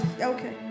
Okay